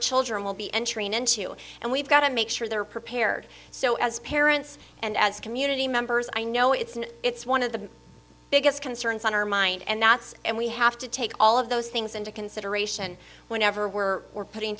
children will be entering into and we've got to make sure they're prepared so as parents and as community members i know it's and it's one of the biggest concerns on our mind and that's and we have to take all of those things into consideration whenever we're we're putting